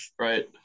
right